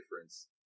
difference